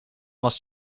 was